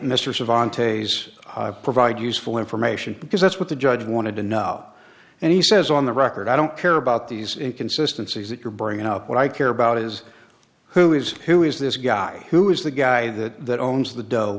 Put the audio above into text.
a's provide useful information because that's what the judge wanted to know and he says on the record i don't care about these inconsistency that you're bringing up what i care about is who is who is this guy who is the guy that owns the dough